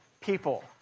people